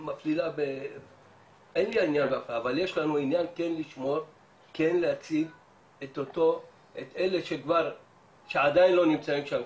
אבל יש לנו עניין לשמור ולהציל את אלה שעדיין לא נמצאים שם,